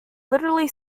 literally